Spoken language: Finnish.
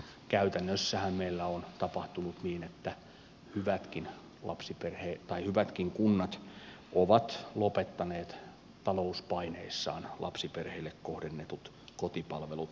käytännössähän meillä on tapahtunut niin että hyvätkin kunnat ovat lopettaneet talouspaineessaan lapsiperheille kohdennetut kotipalvelut